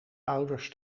ouders